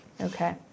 Okay